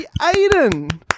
Aiden